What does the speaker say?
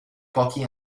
pochi